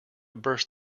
burst